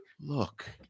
Look